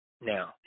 now